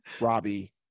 Robbie